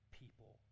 people